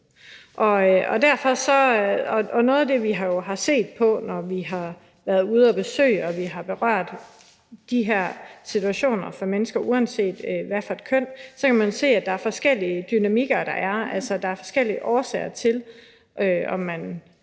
noget af det, vi har set, når vi har været ude på besøg og har berørt de her situationer for mennesker, uanset hvad det er for et køn, er, at der er forskellige dynamikker – altså, der er forskellige årsager til,